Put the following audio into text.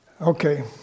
Okay